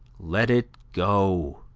let it go,